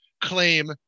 claim